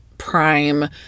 prime